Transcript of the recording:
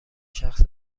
شخص